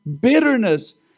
Bitterness